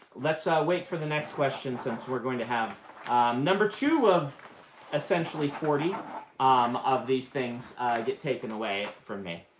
let's wait for the next question since we're going to have number two of essentially forty um of these things get taken away from me.